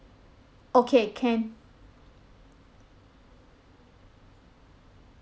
okay can